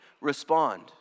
respond